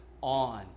on